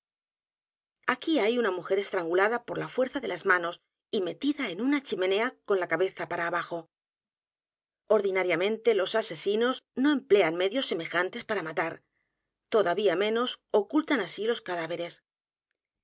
aquí hay una mujer estrangulada por la fuerza d e las manos y metida en una chimenea con la cabeza p a r a abajo ordinariamente los asesinos no emplean medios semejantes p a r a matar todavía menos ocultan así los cadáveres